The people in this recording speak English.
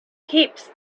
heaps